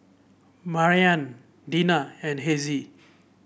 Maryann Dinah and Hezzie